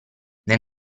nel